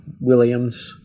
Williams